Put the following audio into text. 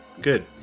Good